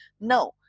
No